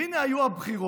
והינה היו הבחירות,